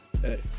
hey